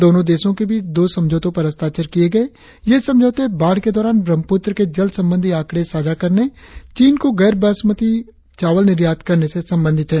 दोनों देशो के बीच दो समझौतों पर हस्ताक्षर किये गये ये समझौते बाढ़ के दौरान ब्रह्मपुत्र के जल संबंधी आंकड़े साझा करने और चीन को गैर बासमती चावल निर्यात करने से संबंधित है